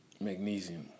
magnesium